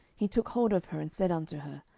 he took hold of her, and said unto her,